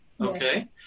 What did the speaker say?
okay